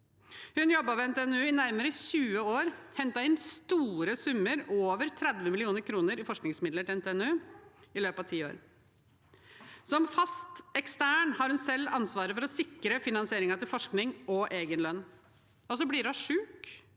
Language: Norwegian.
Hun jobbet ved NTNU i nærmere 20 år, hentet inn store summer – over 30 mill. kr i forskningsmidler til NTNU i løpet av ti år. Som fast ekstern hadde hun selv ansvaret for å sikre finansieringen av forskning og egen lønn. Så ble hun syk,